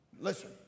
Listen